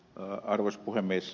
arvoisa puhemies